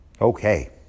okay